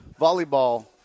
volleyball